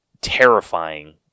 terrifying